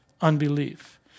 unbelief